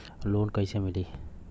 Loan कइसे मिलि?